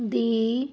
ਦੀ